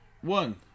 one